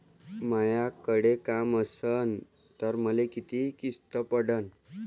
मायाकडे काम असन तर मले किती किस्त पडन?